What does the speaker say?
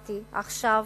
הצבעתי עכשיו